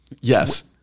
yes